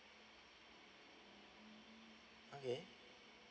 okay